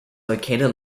located